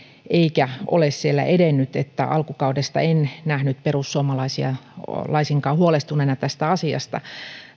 eikä ole siellä edennyt alkukaudesta en nähnyt perussuomalaisia laisinkaan huolestuneina tästä asiasta